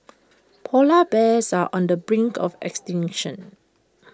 Polar Bears are on the brink of extinction